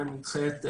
שלך,